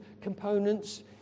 components